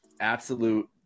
absolute